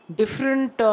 different